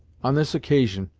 on this occasion,